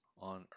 on